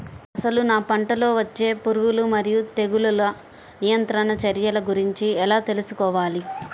అసలు నా పంటలో వచ్చే పురుగులు మరియు తెగులుల నియంత్రణ చర్యల గురించి ఎలా తెలుసుకోవాలి?